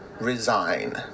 resign